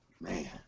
man